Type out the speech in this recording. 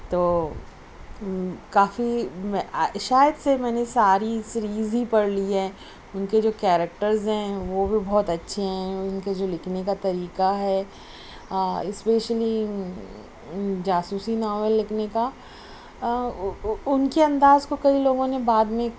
تو کافی میں شاید سے میں نے ساری سریز ہی پڑھ لی ہے اُن کے جو کیریکٹرز ہیں وہ بھی بہت اچھے ہیں اُن کے لکھنے کا جو طریقہ ہے اسپیشلی جاسوسی ناول لکھنے کا اُن کے انداز کو کئی لوگوں نے بعد میں